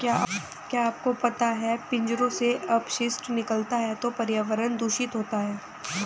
क्या आपको पता है पिंजरों से अपशिष्ट निकलता है तो पर्यावरण दूषित होता है?